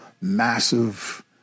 massive